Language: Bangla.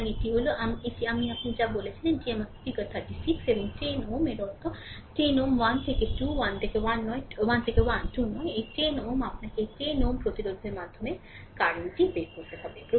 সুতরাং এটি হল এটিই আমার যা আপনি এটিকে বলেছিলেন এটি আমার চিত্র 36 এবং 10 Ω এর অর্থ এই 10 Ω 1 থেকে 2 এটি 1 1 থেকে 2 নয় এই 10 Ω আপনাকে এই 10 Ω প্রতিরোধের মাধ্যমে কারেন্ট টি বের করতে হবে